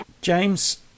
James